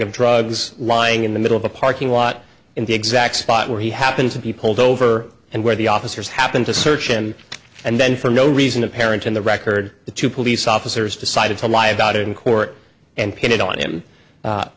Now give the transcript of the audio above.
of drugs lying in the middle of a parking lot in the exact spot where he happened to be pulled over and where the officers happened to search him and then for no reason apparent on the record to police officers decided to lie about it in court and pin it on him u